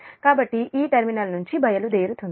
కాబట్టి ఈ టెర్మినల్ నుంచి బయలుదేరుతుంది